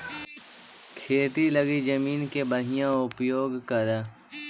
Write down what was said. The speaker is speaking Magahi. खेती लगी जमीन के बढ़ियां उपयोग करऽ